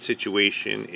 Situation